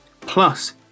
plus